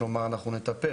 כלומר אנחנו נטפל,